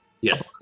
yes